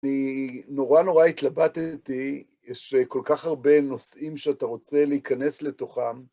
נורא נורא התלבטתי, יש כל כך הרבה נושאים שאתה רוצה להיכנס לתוכם.